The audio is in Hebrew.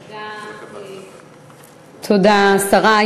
תודה, השרה.